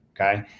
Okay